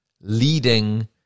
leading